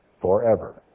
forever